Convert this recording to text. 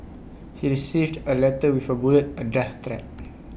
he received A letter with A bullet A death threat